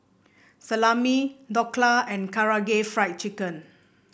Salami Dhokla and Karaage Fried Chicken